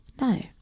No